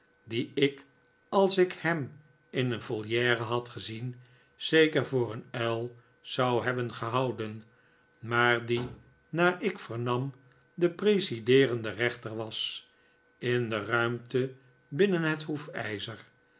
dien ik als ik hem in een voliere had gezien zeker voor een uil zou hebben gehouden maar die naar ik vernam de presideerende rechter was in de ruimte binnen het